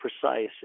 precise